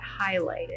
highlighted